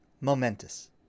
momentous